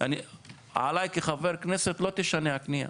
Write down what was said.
עליי כחבר כנסת לא תשנה הקנייה.